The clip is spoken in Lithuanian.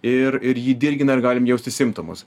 ir ir jį dirgina ir galim jausti simptomus